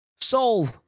Soul